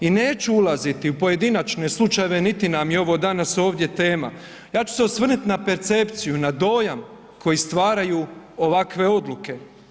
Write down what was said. I neću ulaziti u pojedinačne slučajeve niti nam je ovo danas ovdje tema, ja ću se osvrnuti na percepciju, na dojam koji stvaraju ovakve odluke.